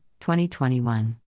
2021